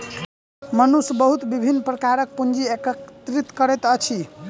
मनुष्य बहुत विभिन्न प्रकारक पूंजी एकत्रित करैत अछि